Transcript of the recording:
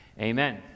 Amen